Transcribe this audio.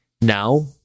Now